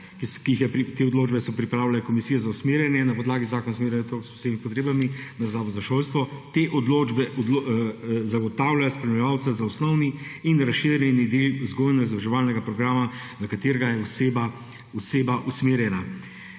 so pripravile komisije za usmerjanje na podlagi Zakona o usmerjanju otrok s posebnimi potrebami na Zavodu za šolstvo. Te odločbe zagotavljajo spremljevalca za osnovni in razširjeni del vzgojno-izobraževalnega programa, na katerega je oseba usmerjena.